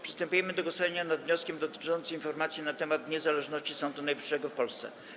Przystępujemy do głosowania nad wnioskiem dotyczącym informacji na temat niezależności Sądu Najwyższego w Polsce.